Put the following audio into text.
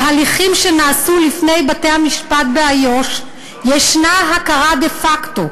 בהליכים שנעשו לפני בתי-המשפט באיו"ש יש הכרה דה-פקטו,